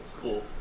Cool